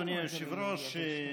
אדוני היושב-ראש,